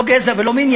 לא גזע ולא מין,